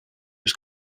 was